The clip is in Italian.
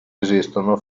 esistono